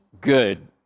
good